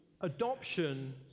Adoption